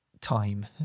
time